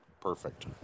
Perfect